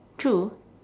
true